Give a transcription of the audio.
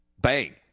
Bang